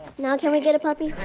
now can we get a puppy?